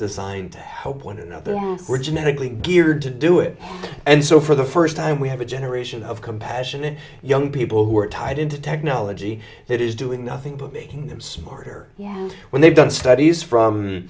designed to help one another half were genetically geared to do it and so for the first time we have a generation of compassionate young people who are tied into technology that is doing nothing but making them smarter yet when they've done studies from